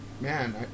man